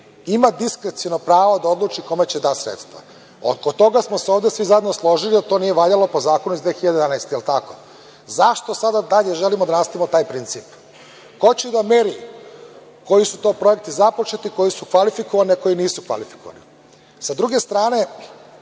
ima diskreciono pravo da odluči kome će da da sredstva. Oko toga smo se ovde svi zajedno složili, jer to nije valjalo po zakonu iz 2011. godine. Jel tako? Zašto sada dalje želimo da nastavimo taj princip? Ko će da meri, koji su to projekti započeti, koji su kvalifikovani, a koje nisu kvalifikovani? Sa druge strane,